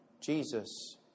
Jesus